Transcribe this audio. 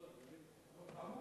לא קמו?